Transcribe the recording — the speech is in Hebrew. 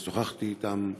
שוחחתי אתם,